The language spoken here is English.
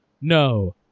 No